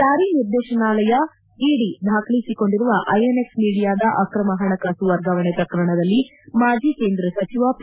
ಜಾರಿ ನಿರ್ದೇಶನಾಲಯ ಇಡಿ ದಾಖಲಿಸಿಕೊಂಡಿರುವ ಐಎನ್ಎಕ್ಸ್ ಮೀಡಿಯಾದ ಅಕ್ರಮ ಪಣಕಾಸು ವರ್ಗಾವಣೆ ಪ್ರಕರಣದಲ್ಲಿ ಮಾಜಿ ಕೇಂದ್ರ ಸಚಿವ ಪಿ